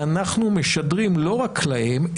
אנחנו משדרים לא רק להם,